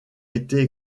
été